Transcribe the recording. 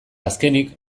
azkenik